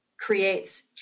creates